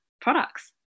products